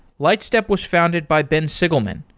lightstep was founded by ben sigleman,